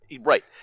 right